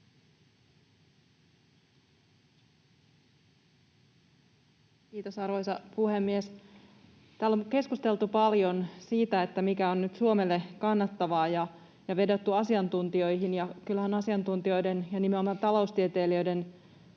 Kiitos, arvoisa puhemies! — Täällä on keskusteltu paljon siitä, mikä on nyt Suomelle kannattavaa, ja vedottu asiantuntijoihin, ja kyllähän asiantuntijoiden ja nimenomaan taloustieteilijöiden